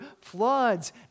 floods